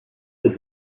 the